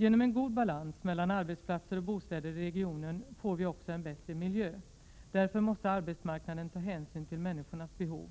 Genom en god balans mellan arbetsplatser och bostäder i regionen får vi också en bättre miljö. Därför måste arbetsmarknaden ta hänsyn till människornas behov.